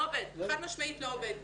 חד משמעית זה לא עובד.